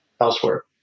elsewhere